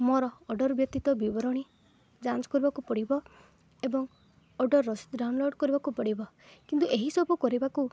ମୋର ଅର୍ଡ଼ର ବ୍ୟତୀତ ବିବରଣୀ ଯାଞ୍ଚ କରିବାକୁ ପଡ଼ିବ ଏବଂ ଅର୍ଡ଼ର ରସିଦ ଡାଉନଲୋଡ଼୍ କରିବାକୁ ପଡ଼ିବ କିନ୍ତୁ ଏହିସବୁ କରିବାକୁ